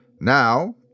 Now